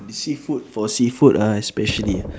if seafood for seafood ah especially